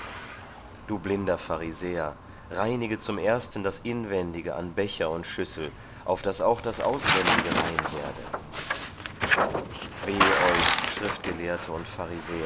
du blinder pharisäer reinige zum ersten das inwendige an becher und schüssel auf das auch das auswendige rein werde weh euch schriftgelehrte und pharisäer